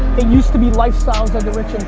it used to be lifestyles of the rich